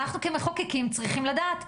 אנחנו כמחוקקים צריכים לדעת.